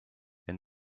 and